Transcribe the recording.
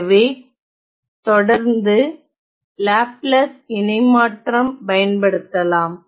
எனவே தொடர்ந்து லாப்லாஸ் இணைமாற்றம் பயன்படுத்தலாம்